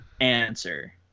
answer